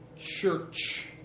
church